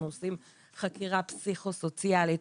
אנחנו עושים חקירה פסיכוסוציאלית,